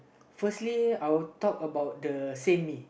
firstly I would talk about the same me